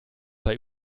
bei